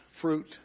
fruit